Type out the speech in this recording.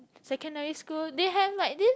secondary school they have like this